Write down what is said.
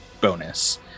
bonus